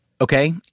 Okay